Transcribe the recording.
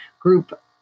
group